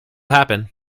happen